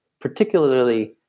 particularly